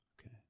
Okay